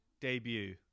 debut